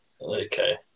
Okay